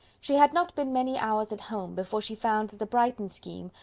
she had not been many hours at home before she found that the brighton scheme,